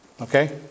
okay